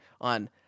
on